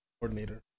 coordinator